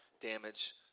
damage